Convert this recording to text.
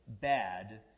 bad